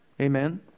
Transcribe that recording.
Amen